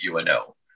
UNO